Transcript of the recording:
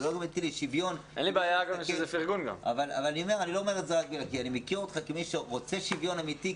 אני מכיר אותך כמי שרוצה שוויון אמיתי,